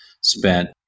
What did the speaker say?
spent